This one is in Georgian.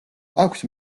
აქვს